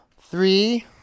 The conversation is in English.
Three